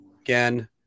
again